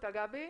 אתה גבי?